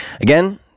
Again